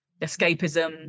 escapism